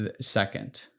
second